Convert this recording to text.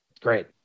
great